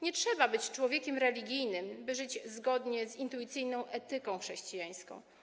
Nie trzeba być człowiekiem religijnym, by żyć zgodnie z intuicyjną etyką chrześcijańską.